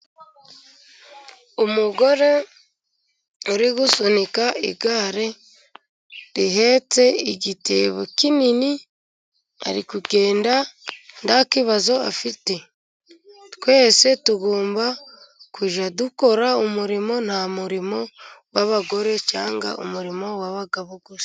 Umugore uri gusunika igare rihetse igitebo kinini ari kugenda ntaki kibazo afite. Twese tugomba kujya dukora umurimo nta murimo w'abagore cyangwa umurimo w'abagabo gusa.